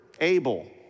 Abel